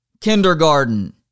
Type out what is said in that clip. Kindergarten